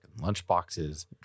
lunchboxes